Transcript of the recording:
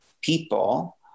people